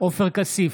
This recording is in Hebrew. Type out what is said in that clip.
עופר כסיף,